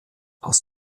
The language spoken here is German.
aus